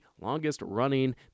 longest-running